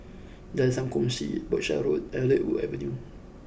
Jalan Sam Kongsi Berkshire Road and Redwood Avenue